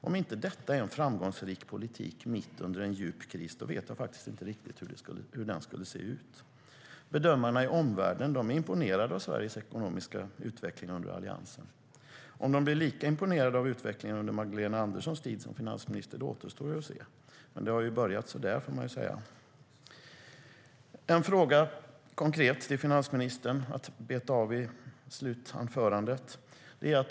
Om inte detta är en framgångsrik politik mitt under en djup kris, då vet jag faktiskt inte riktigt hur en framgångsrik politik skulle se ut. Bedömarna i omvärlden är imponerade av Sveriges ekonomiska utveckling under Alliansen. Om de blir lika imponerade av utvecklingen under Magdalena Anderssons tid som finansminister återstår att se. Det har väl börjat så där, får man säga. Jag har en konkret fråga till finansministern att beta av i slutanförandet.